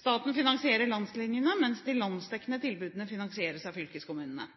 Staten finansierer landslinjene, mens de landsdekkende tilbudene finansieres av fylkeskommunene.